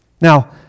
Now